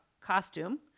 costume